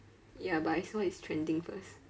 ya but I saw it's trending first